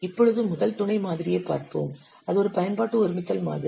இப்பொழுது முதல் துணை மாதிரியைப் பார்ப்போம் அது ஒரு பயன்பாட்டு ஒருமித்தல் மாதிரி